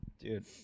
dude